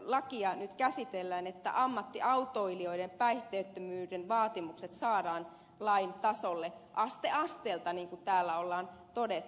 lakia nyt käsitellään että ammattiautoilijoiden päihteettömyyden vaatimukset saadaan lain tasolle aste asteelta niin kuin täällä on todettu